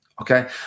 okay